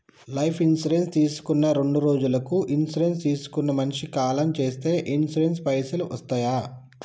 Life insurance తీసుకున్న రెండ్రోజులకి insurance తీసుకున్న మనిషి కాలం చేస్తే ఇన్సూరెన్స్ పైసల్ వస్తయా?